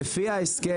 דובי, אתה טעית בגדול...